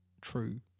true